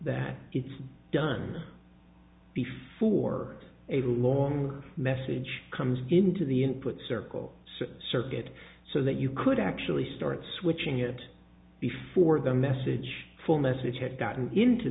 that it's done before a long message comes into the input circle circuit so that you could actually start switching it before the message full message had gotten into